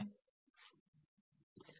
વિદ્યાર્થી